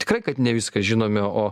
tikrai kad ne viską žinome o